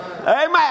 Amen